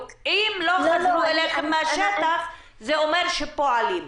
אם לא חזרו אליכם מהשטח זה אומר שפועלים,